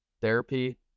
therapy